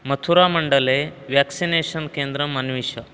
मथुरा मण्डले वेक्सिनेशन् केन्द्रम् अन्विष